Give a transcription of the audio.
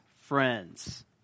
friends